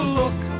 look